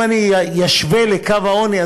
אם אני אשווה לקו העוני,